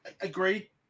Agree